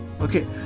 Okay